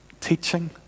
Teaching